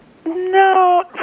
No